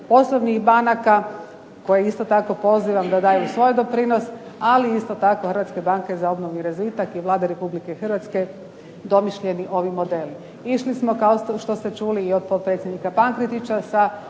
osobnih banaka koje isto tako pozivam da daju svoj doprinos, ali isto tako Hrvatske banke za obnovu i razvitak i Vlade Republike Hrvatske domišljeni ovi modeli. Išli smo kao što ste čuli i od potpredsjednika Pankretića sa